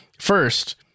first